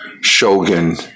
Shogun